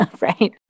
right